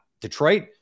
Detroit